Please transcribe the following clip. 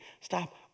stop